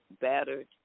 battered